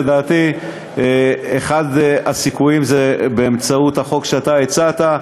לדעתי אחד הסיכויים זה באמצעות החוק שאתה הצעת.